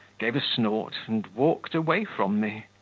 gave a snort, and walked away from me.